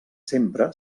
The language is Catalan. sempre